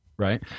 right